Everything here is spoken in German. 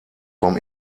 vom